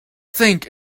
think